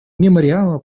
мемориала